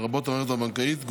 לרבות המערכת הבנקאית,